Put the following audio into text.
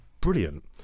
brilliant